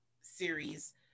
series